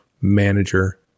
manager